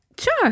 Sure